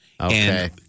Okay